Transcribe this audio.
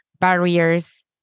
barriers